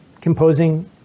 composing